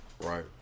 Right